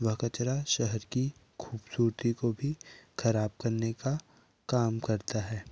वह कचड़ा शहर की खूबसूरती को भी खराब करने का काम करता है